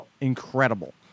incredible